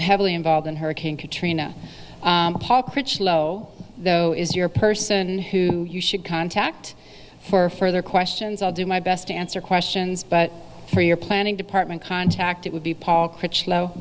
heavily involved in hurricane katrina critchlow though is your person who you should contact for further questions i'll do my best to answer questions but for your planning department contact it would be paul critchlow